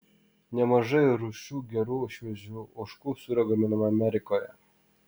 nemažai rūšių gerų šviežių ožkų sūrių gaminama amerikoje